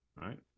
Right